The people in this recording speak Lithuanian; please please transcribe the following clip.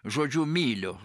žodžiu myliu